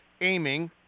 aiming